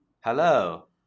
Hello